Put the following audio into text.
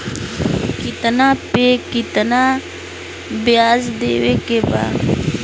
कितना पे कितना व्याज देवे के बा?